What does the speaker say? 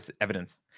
evidence